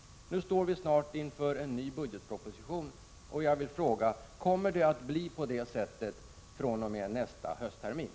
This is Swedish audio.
Nu står vi snart inför en ny budgetproposition. Kommer det att bli på det sättet fr.o.m. nästa hösttermin?